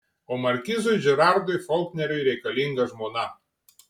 o markizui džerardui folkneriui reikalinga žmona